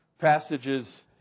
passages